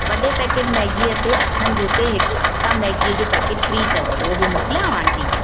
वॾे पैकेट मैगीअ ते अठनि जिते हिकु मैगी जो पैकेट फ्री अथव उहो बि मोकिलियांव आंटी